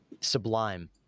sublime